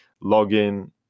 login